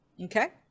Okay